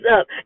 up